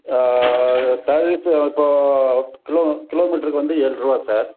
tariff இப்போது kilo kilo கிலோமீட்டருக்கு வந்து ஏழு ருபா சார்